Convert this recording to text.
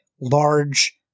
large